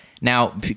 Now